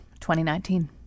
2019